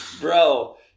bro